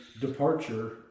departure